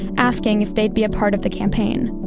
asking if they'd be a part of the campaign.